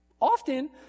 Often